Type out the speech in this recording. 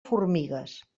formigues